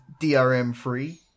DRM-free